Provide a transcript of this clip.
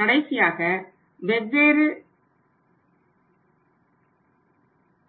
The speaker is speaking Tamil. கடைசியாக வெவ்வேறு